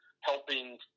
helping